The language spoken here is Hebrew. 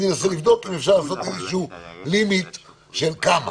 אני אנסה לבדוק אם אפשר לעשות איזשהו לימיט של כמה